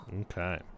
okay